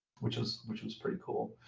which was which was pretty cool.